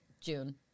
June